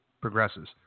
progresses